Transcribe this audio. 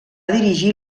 dirigir